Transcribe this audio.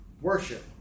worship